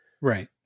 Right